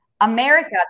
America